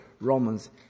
Romans